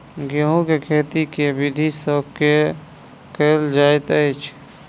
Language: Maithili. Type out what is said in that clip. गेंहूँ केँ खेती केँ विधि सँ केल जाइत अछि?